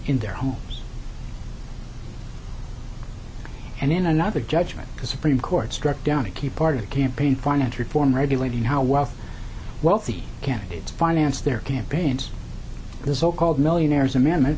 in their homes and in another judgment because supreme court struck down a key part of campaign finance reform regulating how wealthy wealthy candidates financed their campaigns this so called millionaire's amendment